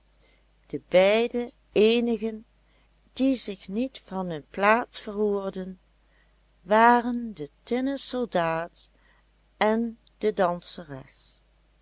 de beide eenigen die zich niet van hun plaats verroerden waren de tinnen soldaat en de danseres